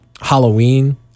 Halloween